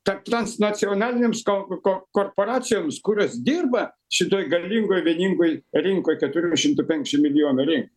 tarp transnacionalinėms ko ko korporacijoms kurios dirba šitoj galingoj vieningoj rinkoj keturių šimtų penkiasšim milijonų rink